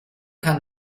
kann